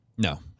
No